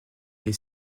est